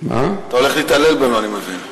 אני מבין.